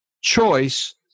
choice